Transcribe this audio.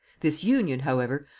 this union, however,